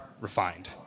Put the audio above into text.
refined